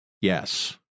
Yes